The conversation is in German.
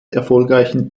erfolgreichen